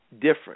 different